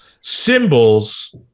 symbols